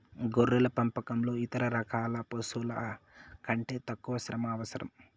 గొర్రెల పెంపకంలో ఇతర రకాల పశువుల కంటే తక్కువ శ్రమ అవసరం